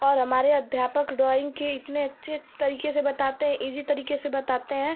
और हमारे अध्यापक ड्रॉइंग के इतने अच्छे तरीके से बताते हैं ईज़ी तरीके से बताते हैं